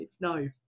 No